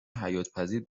حیاتپذیر